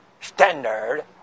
standard